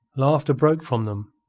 laughter broke from them.